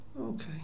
Okay